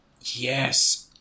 yes